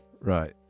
Right